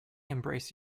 embrace